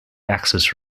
access